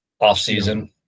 off-season